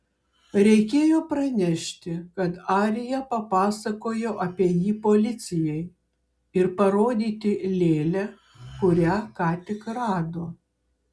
reikėjo pranešti kad arija papasakojo apie jį policijai ir parodyti lėlę kurią ką tik rado